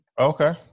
Okay